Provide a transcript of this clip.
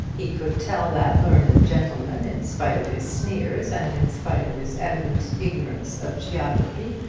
he could tell that learned gentleman in spite of his sneers, and in spite of his evident ignorance of geography,